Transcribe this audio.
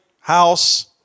house